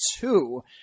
two